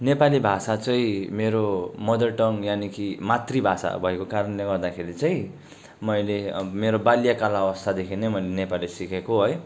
नेपाली भाषा चाहिँ मेरो मदर टङ्ग यानि कि मातृभाषा भएको कारणले गर्दाखेरि चाहिँ मैले मेरो बाल्यकाल अवस्थादेखि नै मैले नेपाली सिकेको है